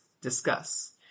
discuss